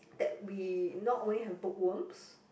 that we not only have bookworms